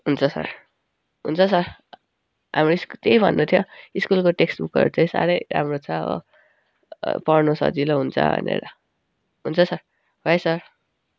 हुन्छ सर हुन्छ सर त्यही भन्नु थियो स्कुलको टेक्स्ट बुकहरू चाहिँ साह्रै राम्रो छ हो पढ्नु सजिलो हुन्छ भनेर हुन्छ सर बाई सर